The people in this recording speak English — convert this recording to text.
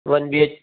one B H